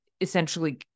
essentially